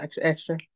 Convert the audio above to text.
extra